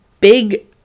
big